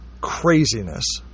craziness